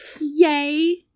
Yay